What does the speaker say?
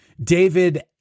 david